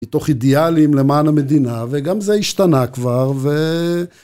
בתוך אידיאלים למען המדינה, וגם זה השתנה כבר, ו...